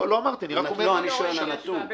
אני לא ראיתי השוואה בינלאומית.